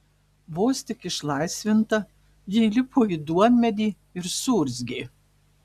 vos tik išlaisvinta ji įlipo į duonmedį ir suurzgė